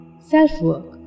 self-work